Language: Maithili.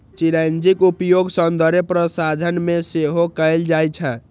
चिरौंजीक उपयोग सौंदर्य प्रसाधन मे सेहो कैल जाइ छै